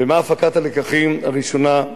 ומה הפקת הלקחים הראשונה?